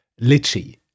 Litchi